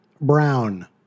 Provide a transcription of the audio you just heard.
Brown